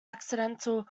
accidental